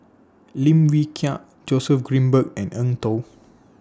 Lim Wee Kiak Joseph Grimberg and Eng Tow